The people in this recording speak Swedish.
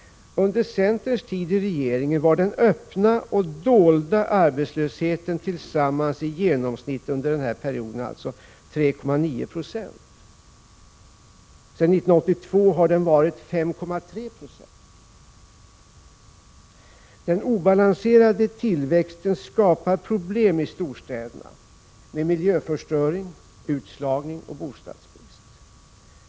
Under centerns tid i regeringen var den öppna och dolda arbetslösheten tillsammans i genomsnitt 3,9 90. Sedan 1982 har den varit 5,3 90. Den obalanserade tillväxten skapar problem i storstäderna med miljöförstöring, utslagning och bostadsbrist.